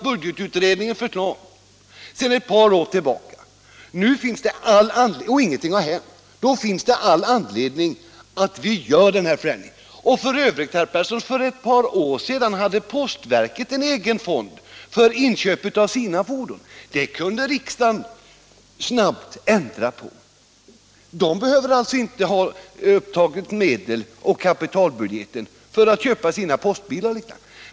Budgetutredningen är klar sedan ett par år tillbaka, och ingenting har hänt. Då finns det anledning att företa den här förändringen. F. ö. hade postverket för ett par år sedan en egen fond för inköp av sina fordon. Det kunde riksdagen snabbt ändra på. Postverket behöver alltså inte ha medel upptagna på kapitalbudgeten för att köpa sina postbilar.